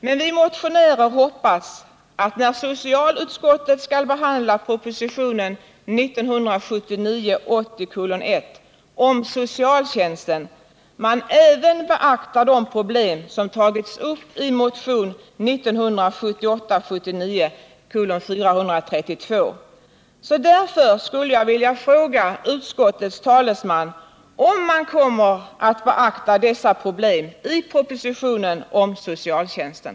Men vi motionärer hoppas att när socialutskottet skall behandla propositionen 1979 79:432. Därför skulle jag också vilja fråga utskottets talesman om utskottet kommer att beakta de problem som tas upp i propositionen om socialtjänsten.